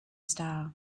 style